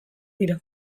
dira